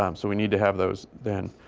um so we need to have those then.